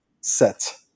set